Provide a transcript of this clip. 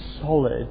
solid